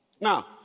Now